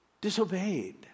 disobeyed